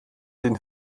den